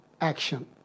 action